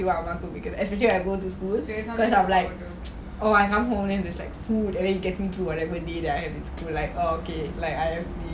especially I go to school cause I'm like oh I come home then there's like food and then getting through whatever day that I have to like oh okay like I